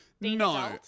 No